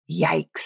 Yikes